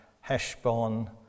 Heshbon